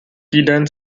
týden